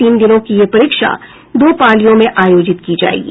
तीन दिनों की यह परीक्षा दो पालियों में आयोजित की जायेगी